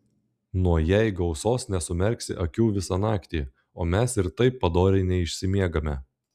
nuo jei gausos nesumerksi akių visą naktį o mes ir taip padoriai neišsimiegame